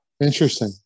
Interesting